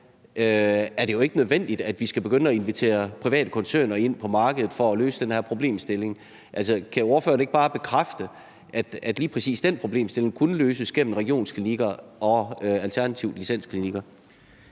forstand jo ikke er nødvendigt, at vi skal begynde at invitere private koncerner ind på markedet for at løse den her problemstilling. Altså, kan ordføreren ikke bare bekræfte, at lige præcis den problemstilling kunne løses gennem regionsklinikker og alternativt licensklinikker?